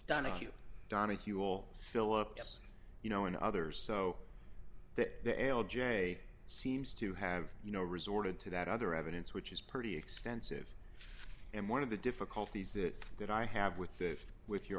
donahue donahue will philips you know and others so that the l j seems to have you know resorted to that other evidence which is pretty extensive and one of the difficulties that that i have with that with your